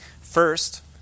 First